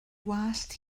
wallt